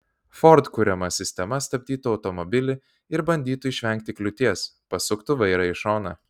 ford kuriama sistema stabdytų automobilį ir bandytų išvengti kliūties pasuktų vairą į šoną